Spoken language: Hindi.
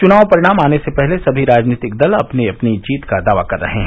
चुनाव परिणाम आने से पहले सभी राजनीतिक दल अपनी अपनी जीत का दावा कर रहे हैं